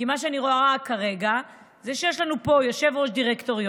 כי מה שאני רואה כרגע זה שיש לנו פה יושב-ראש דירקטוריון